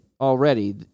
already